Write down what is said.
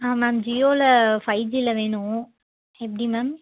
ஆ ma'am ஜியோவில் five ஜியில் வேணும் எப்படி மேம்